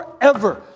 forever